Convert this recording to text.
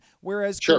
whereas